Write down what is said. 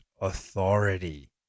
authority